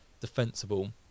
defensible